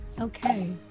okay